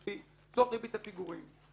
כשזאת ריבית ששני הצדדים הגיעו להסכמה,